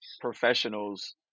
professionals